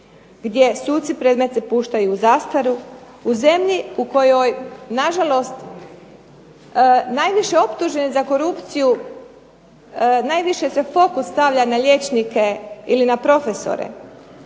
gdje suci predmete puštaju u zastaru, u zemlji u kojoj nažalost najviše optuženih za korupciju, najviše se fokus stavlja na liječnike ili na profesore.